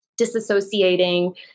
disassociating